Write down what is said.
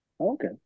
Okay